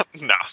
no